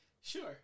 Sure